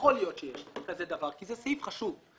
ויכול להיות שיש דבר כזה כי זה סעיף חשוב,